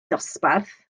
ddosbarth